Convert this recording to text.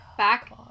Back